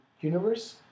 universe